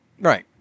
Right